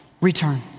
return